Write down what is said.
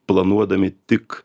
planuodami tik